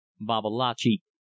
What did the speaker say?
babalatchi